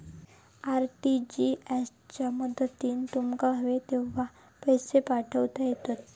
RTGS च्या मदतीन तुमका हवे तेव्हा पैशे पाठवता येतत